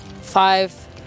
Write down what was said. Five